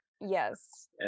Yes